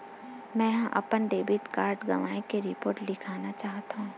मेंहा अपन debit card गवाए के रिपोर्ट लिखना चाहत हव